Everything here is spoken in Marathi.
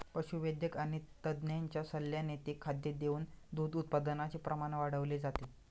पशुवैद्यक आणि तज्ञांच्या सल्ल्याने ते खाद्य देऊन दूध उत्पादनाचे प्रमाण वाढवले जाते